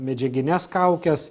medžiagines kaukes